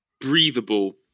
breathable